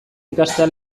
ikastea